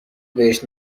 بهش